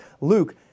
Luke